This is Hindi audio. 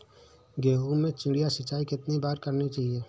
गेहूँ में चिड़िया सिंचाई कितनी बार करनी चाहिए?